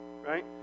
right